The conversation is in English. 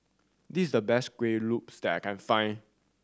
this is the best Kueh Lopes that I can find